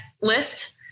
list